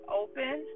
open